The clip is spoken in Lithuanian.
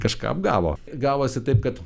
kažką apgavo gavosi taip kad